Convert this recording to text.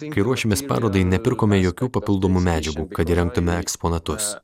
kai ruošėmės parodai nepirkome jokių papildomų medžiagų kad įrengtume eksponatus